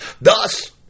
Thus